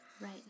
right